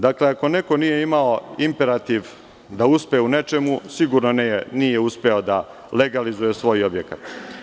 Dakle, ako neko nije imao imperativ da uspe u nečemu, sigurno nije uspeo da legalizuje svoj objekat.